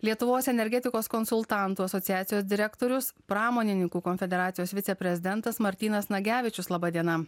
lietuvos energetikos konsultantų asociacijos direktorius pramonininkų konfederacijos viceprezidentas martynas nagevičius laba diena